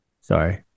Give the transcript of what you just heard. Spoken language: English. Sorry